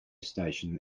station